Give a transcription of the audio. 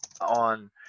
on